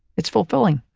it's fulfilling.